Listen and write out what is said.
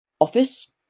office